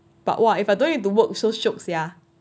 but !wah! if I don't need to work so shiok sia